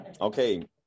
Okay